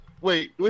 Wait